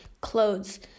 clothes